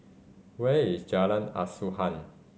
where is Jalan Asuhan